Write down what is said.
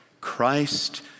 Christ